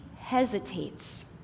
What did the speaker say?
hesitates